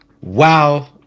Wow